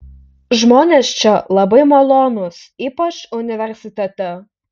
žmonės čia labai malonūs ypač universitete